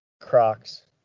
Crocs